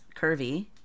curvy